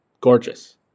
gorgeous